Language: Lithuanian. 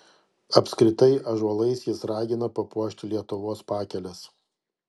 apskritai ąžuolais jis ragina papuošti lietuvos pakeles